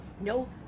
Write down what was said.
no